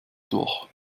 durch